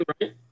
right